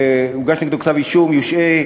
שהוגש נגדו כתב אישום יושעה,